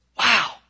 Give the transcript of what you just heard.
Wow